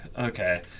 Okay